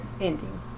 ending